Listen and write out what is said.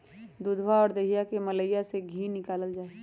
दूधवा और दहीया के मलईया से धी निकाल्ल जाहई